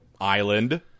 Island